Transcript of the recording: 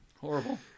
Horrible